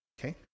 Okay